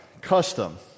custom